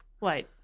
Wait